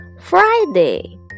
Friday